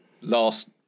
last